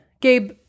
Gabe